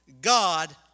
God